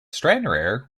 stranraer